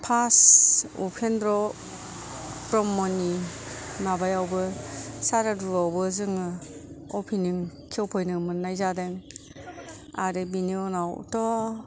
pass Upendra ब्रह्मनि माबायावबो सारादुआवबो जोङो अपेनिं खेवफैनो मोननाय जादों आरो बेनि उनावथ'